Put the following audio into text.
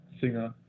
singer